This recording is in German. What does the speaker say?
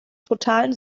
totalen